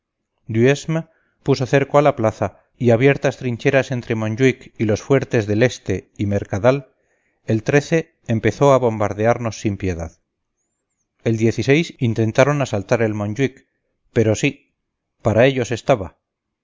duhesme puso cerco a la plaza y abiertas trincheras entre monjuich y los fuertes del este y mercadal el empezó a bombardearnos sin piedad el intentaron asaltar el monjuich pero sí para ellos estaba